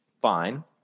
fine